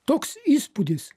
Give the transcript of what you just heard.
toks įspūdis